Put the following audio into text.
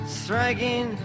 striking